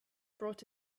brought